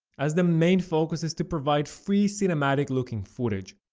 as the main focus is to provide free cinematic looking footage,